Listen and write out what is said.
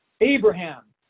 Abraham